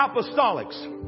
apostolics